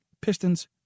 Pistons